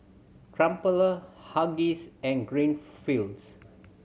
Crumpler Huggies and Greenfields